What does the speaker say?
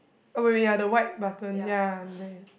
oh wait wait ya the white button ya there